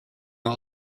all